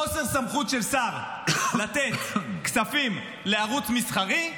חוסר סמכות של שר לתת כספים לערוץ מסחרי.